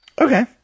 Okay